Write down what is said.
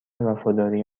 وفاداری